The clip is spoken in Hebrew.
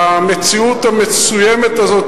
המציאות המסוימת הזאת,